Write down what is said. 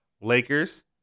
Lakers